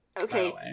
Okay